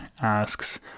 asks